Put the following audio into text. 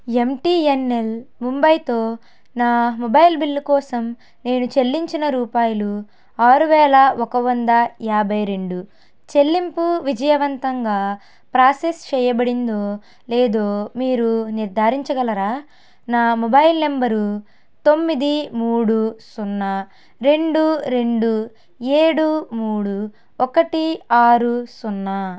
MTNL ముంబైతో నా mobile bill కోసం నేను చెల్లించిన రూపాయలు ఆరు వేల ఒక వంద యాబై రెండు చెల్లింపు విజయవంతంగా ప్రాసెస్ చెయ్యబడిందో లేదో మీరు నిర్ధారించగలరా నా మొబైల్ నంబరు తొమ్మిది మూడు సున్నా రెండు రెండు ఏడు మూడు ఒకటి ఆరు సున్నా